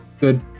Good